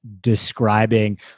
describing